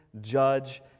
judge